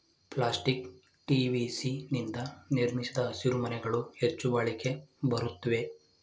plastic TVC ನಿಂದ ನಿರ್ಮಿಸಿದ ಹಸಿರುಮನೆಗಳು ಹೆಚ್ಚು ಬಾಳಿಕೆ ಬರುತ್ವೆ